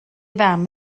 fam